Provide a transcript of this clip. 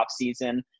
offseason